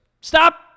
stop